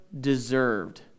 deserved